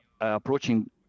approaching